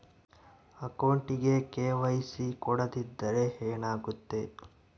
ಅಕೌಂಟಗೆ ಕೆ.ವೈ.ಸಿ ಕೊಡದಿದ್ದರೆ ಏನಾಗುತ್ತೆ?